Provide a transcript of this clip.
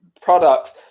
products